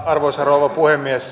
arvoisa rouva puhemies